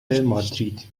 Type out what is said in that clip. مادرید